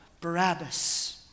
Barabbas